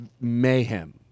mayhem